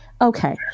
Okay